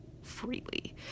freely